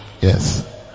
Yes